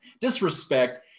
disrespect